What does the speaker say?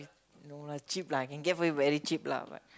no lah cheap lah can get for it very cheap lah but